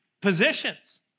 positions